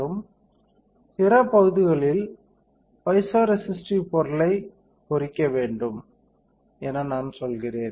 மற்றும் பிற பகுதிகளில் பைசோரெசிஸ்டிவ் பொருளை பொறிக்க வேண்டும் என நான் சொல்கிறேன்